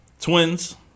Twins